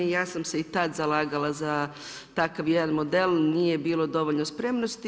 I ja sam se i tada zalagala za takav jedan model, nije bilo dovoljno spremnosti.